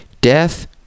Death